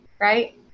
right